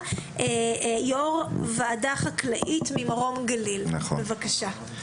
יושב ראש וועדה חקלאית ממרום גליל, בבקשה.